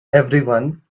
everyone